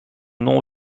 nom